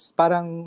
parang